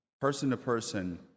person-to-person